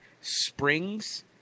springs